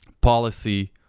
policy